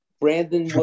Brandon